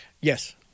Yes